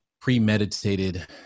premeditated